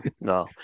No